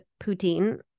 poutine